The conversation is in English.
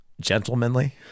gentlemanly